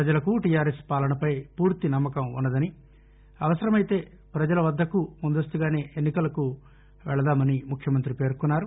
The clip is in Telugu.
పలజకు టీఆర్ఎస్ పాలనపై పూర్తి నమ్మకం ఉన్నదని అవసరమైతే పజల వద్దకు ముందస్తుగానే ఎన్నికలకు వెళదామని ముఖ్యమంతి పేర్కొన్నారు